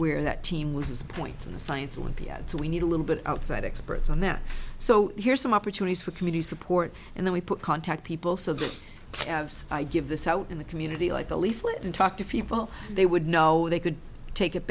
where that team lose points in the science olympiad so we need a little bit outside experts on that so here's some opportunities for community support and then we put contact people so that i give this out in the community like a leaflet and talk to people they would know they could take it